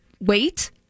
wait